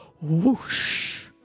whoosh